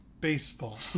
baseball